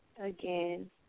Again